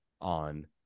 on